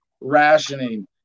rationing